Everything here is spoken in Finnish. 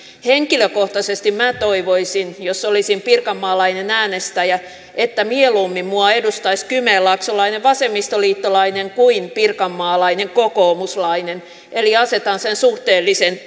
henkilökohtaisesti minä toivoisin jos olisin pirkanmaalainen äänestäjä että mieluummin minua edustaisi kymenlaaksolainen vasemmistoliittolainen kuin pirkanmaalainen kokoomuslainen eli asetan sen suhteellisen